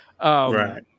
right